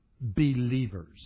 Believers